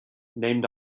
named